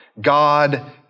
God